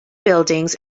buildings